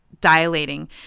dilating